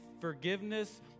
forgiveness